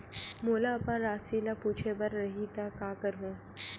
मोला अपन राशि ल पूछे बर रही त का करहूं?